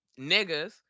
niggas